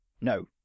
No